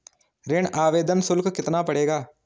ऋण आवेदन शुल्क कितना पड़ेगा?